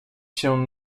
się